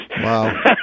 Wow